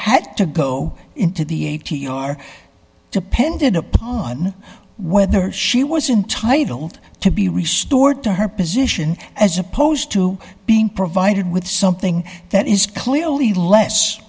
had to go into the a t r depended upon whether she was entitled to be restored to her position as opposed to being provided with something that is clearly less